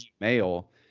mail